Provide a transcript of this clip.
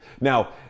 Now